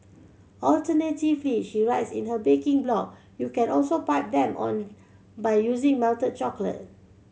alternatively she writes in her baking blog you can also pipe them on by using melted chocolate